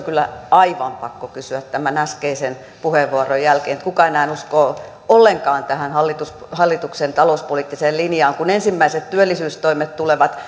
kyllä aivan pakko kysyä tämän äskeisen puheenvuoron jälkeen että kuka enää uskoo ollenkaan tähän hallituksen talouspoliittiseen linjaan kun ensimmäiset työllisyystoimet tulevat